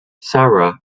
sarah